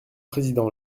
président